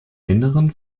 inneren